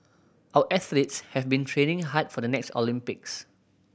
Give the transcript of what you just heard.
our athletes have been training hard for the next Olympics